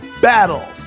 battle